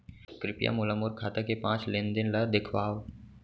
कृपया मोला मोर खाता के पाँच लेन देन ला देखवाव